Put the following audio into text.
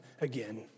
again